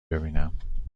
ببینم